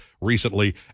recently